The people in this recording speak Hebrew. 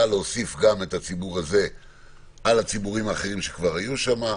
להוסיף גם את הציבור הזה על ציבורים אחרים שכבר היו שם,